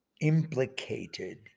implicated